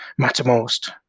Mattermost